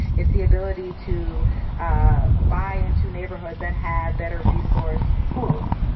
it's the ability to ah buy into neighborhoods that have better resourced schools.